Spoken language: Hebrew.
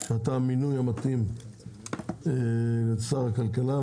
שאתה המינוי המתאים לשר הכלכלה,